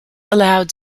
allowed